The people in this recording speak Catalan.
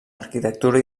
arquitectura